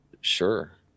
sure